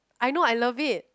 I know I love it